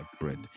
bread